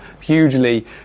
hugely